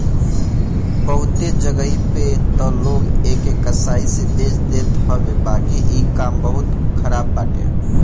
बहुते जगही पे तअ लोग एके कसाई से बेच देत हवे बाकी इ काम बहुते खराब बाटे